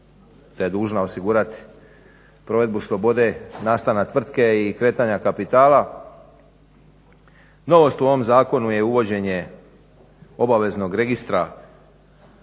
da je dužna osigurati provedbu slobode nastana tvrtke i kretanja kapitala. Novost u ovom zakonu je uvođenje obaveznog registra